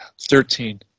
Thirteen